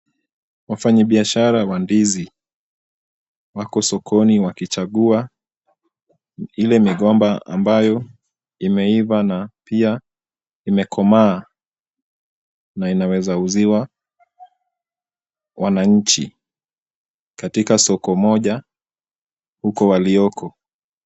Wafanyibiashara wa ndizi wako sokoni wakichagua ile migomba ambayo imeiva na pia imekomaa na inaweza uziwa wananchi katika soko moja huko walioko.